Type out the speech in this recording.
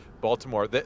Baltimore